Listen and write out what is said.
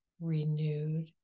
renewed